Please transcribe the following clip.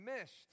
missed